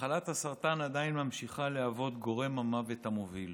מחלת הסרטן עדיין ממשיכה להיות גורם המוות המוביל.